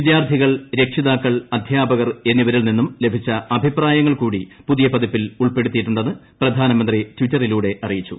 വിദ്യാർത്ഥികൾ രക്ഷിതാക്കൾ ് അധ്യാപകർ എന്നിവരിൽ നിന്നും ലഭിച്ച അഭിപ്രായങ്ങൾ കൂടി പുതിയ പതിപ്പിൽ ഉൾപ്പെടുത്തിയിട്ടുണ്ടെന്ന് പ്രധാനമന്ത്രി ടിറ്ററിലൂടെ അറിയിച്ചു